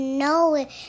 No